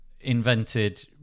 invented